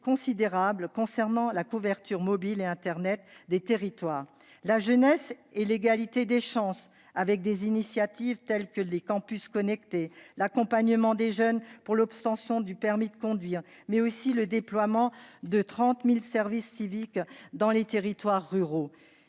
considérables concernant la couverture mobile et internet des territoires. Le secteur de la jeunesse et de l'égalité des chances a bénéficié d'initiatives telles que les campus connectés, l'accompagnement des jeunes pour l'obtention du permis de conduire et le déploiement de 30 000 services civiques dans les territoires ruraux.